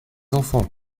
enfants